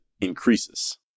increases